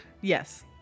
Yes